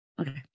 Okay